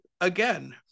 again